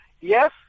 yes